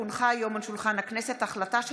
כי הונחה היום על שולחן הכנסת החלטה של